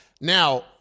Now